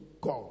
God